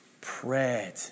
prayed